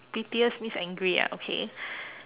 pettiest means angry ah okay